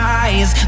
eyes